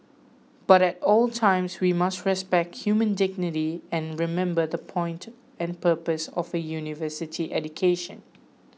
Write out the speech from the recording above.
but at all times we must respect human dignity and remember the point and purpose of a university education